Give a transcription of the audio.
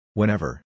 Whenever